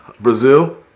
Brazil